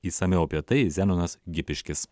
išsamiau apie tai zenonas gipiškis